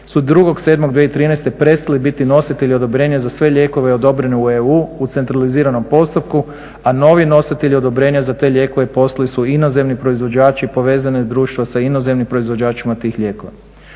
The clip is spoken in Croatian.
02.07.2013. prestali biti nositelji odobrenja za sve lijekove odobrene u EU u centraliziranom postupku, a novi nositelji odobrenja za te lijekove postali su inozemni proizvođači povezani društvom sa inozemnim proizvođačima tih lijekova.